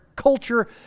Culture